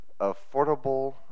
affordable